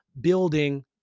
building